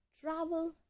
travel